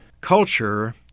Culture